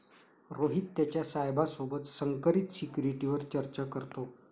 रोहित त्याच्या साहेबा सोबत संकरित सिक्युरिटीवर चर्चा करतो